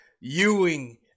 Ewing